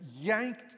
yanked